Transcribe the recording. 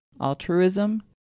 altruism